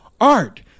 art